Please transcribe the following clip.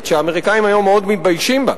שהאמריקנים היום מאוד מתביישים בה,